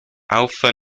alpha